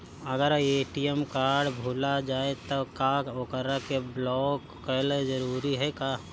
अगर ATM card भूला जाए त का ओकरा के बलौक कैल जरूरी है का?